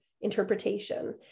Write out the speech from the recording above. interpretation